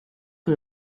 que